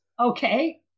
Okay